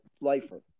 lifer